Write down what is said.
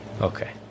Okay